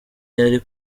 yari